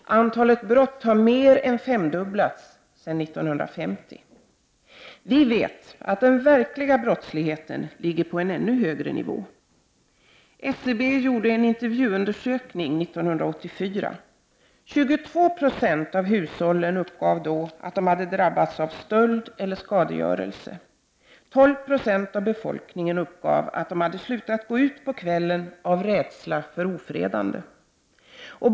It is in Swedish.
Antalet brott har mer än femdubblats sedan 1950. Vi vet att den verkliga brottsligheten ligger på en ännu högre nivå. SCB gjorde en intervjuundersökning 1984. 22 70 av hushållen uppgav då att de hade drabbats av stöld eller skadegörelse. 12 76 av befolkningen uppgav att den hade slutat gå ut på kvällen av rädsla för att bli ofredade.